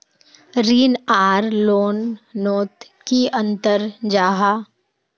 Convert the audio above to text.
ऋण आर लोन नोत की अंतर जाहा?